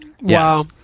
Wow